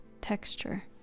texture